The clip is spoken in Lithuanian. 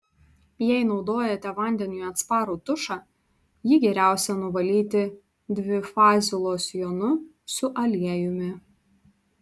jei naudojate vandeniui atsparų tušą jį geriausia nuvalyti dvifaziu losjonu su aliejumi